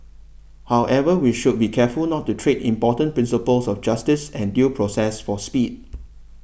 however we should be careful not to trade important principles of justice and due process for speed